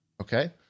Okay